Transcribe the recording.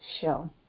show